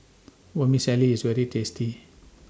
Vermicelli IS very tasty